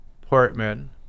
Portman